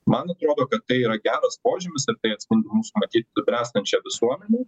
man atrodo kad tai yra geras požymis ir tai atspindi mūsų matyt subręstančią visuomenę